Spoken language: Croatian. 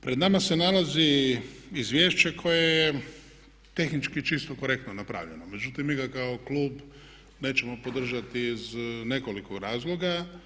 Pred nama se nalazi izvješće koje je tehnički čisto korektno napravljeno, međutim mi ga kao klub nećemo podržati iz nekoliko razloga.